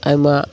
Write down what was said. ᱟᱭᱢᱟ